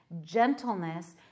gentleness